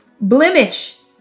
blemish